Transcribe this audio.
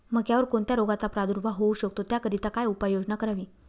मक्यावर कोणत्या रोगाचा प्रादुर्भाव होऊ शकतो? त्याकरिता काय उपाययोजना करावी?